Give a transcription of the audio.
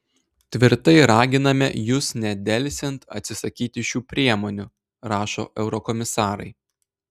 tvirtai raginame jus nedelsiant atsisakyti šių priemonių rašo eurokomisarai